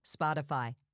Spotify